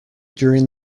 during